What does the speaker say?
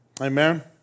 Amen